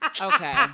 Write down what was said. Okay